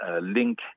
link